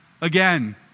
Again